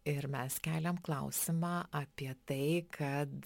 ir mes keliam klausimą apie tai kad